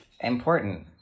important